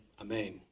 Amen